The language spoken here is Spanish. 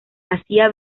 hacía